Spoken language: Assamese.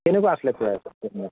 কেনেকুৱা আছিলে খুড়া